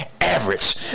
Average